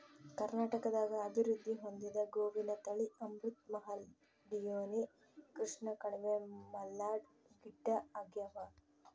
ಕರ್ನಾಟಕದಾಗ ಅಭಿವೃದ್ಧಿ ಹೊಂದಿದ ಗೋವಿನ ತಳಿ ಅಮೃತ್ ಮಹಲ್ ಡಿಯೋನಿ ಕೃಷ್ಣಕಣಿವೆ ಮಲ್ನಾಡ್ ಗಿಡ್ಡಆಗ್ಯಾವ